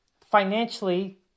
financially